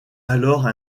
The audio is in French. alors